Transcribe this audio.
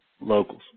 locals